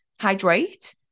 hydrate